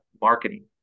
marketing